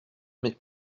mais